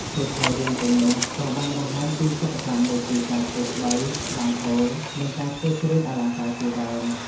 សៀវភៅរឿងទាំងនោះក៏បានបង្ហាញពី សិប្បកម្ម ដូចជាការធ្វើស្បូវ ត្បាញហូល និងការធ្វើគ្រឿងអលង្ការជាដើម។